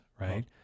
right